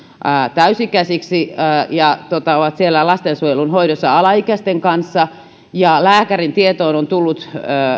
täysi ikäisiksi ja ovat siellä lastensuojelun hoidossa alaikäisten kanssa ja lääkärin tietoon on tullut